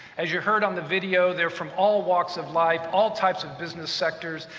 as you heard on the video, they're from all walks of life, all types of business sectors.